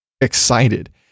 excited